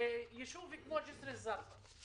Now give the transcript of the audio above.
יישוב כמו ג'סר א-זרקא,